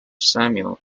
samuel